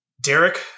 Derek